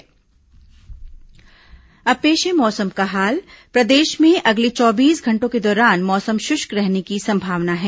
मौसम और अब पेश है मौसम का हाल प्रदेश में अगले चौबीस घंटों के दौरान मौसम शुष्क रहने की संभावना है